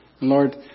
Lord